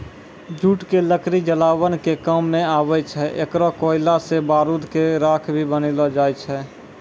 jute के लकड़ी जलावन के काम मॅ आवै छै, एकरो कोयला सॅ बारूद के राख भी बनैलो जाय छै